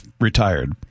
retired